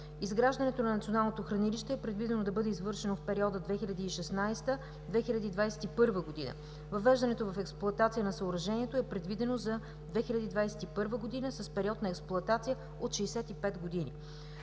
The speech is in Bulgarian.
Изграждането на Националното хранилище е предвидено да бъде извършено в периода 2016-2021 г. Въвеждането в експлоатация на съоръжението е предвидено за 2021 г. с период на експлоатация от 65 години.